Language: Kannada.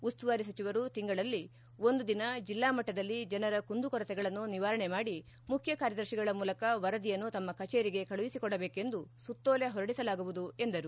ಉಸ್ತುವಾರಿ ಸಚಿವರು ತಿಂಗಳಲ್ಲಿ ಒಂದು ದಿನ ಜಿಲ್ಲಾಮಟ್ಟದಲ್ಲಿ ಜನರ ಕುಂದುಕೊರತೆಗಳನ್ನು ನಿವಾರಣೆ ಮಾಡಿ ಮುಖ್ಯಕಾರ್ಯದರ್ಶಿಗಳ ಮೂಲಕ ವರದಿಯನ್ನು ತಮ್ಮ ಕಚೇರಿಗೆ ಕಳುಹಿಸಿಕೊಡಬೇಕೆಂದು ಸುತ್ತೋಲೆ ಹೊರಡಿಸಲಾಗುವುದು ಎಂದರು